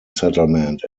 settlement